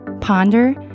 ponder